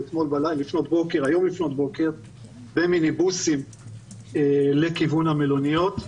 והיום לפנות בוקר במיניבוסים לכיוון המלוניות.